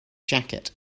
jacket